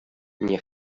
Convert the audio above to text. nie